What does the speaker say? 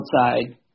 outside